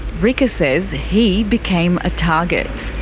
rika says he became a target.